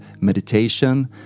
meditation